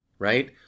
right